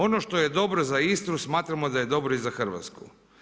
Ono što je dobro za Istru smatramo da je dobro i za Hrvatsku.